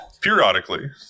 periodically